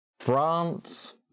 France